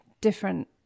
different